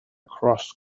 cross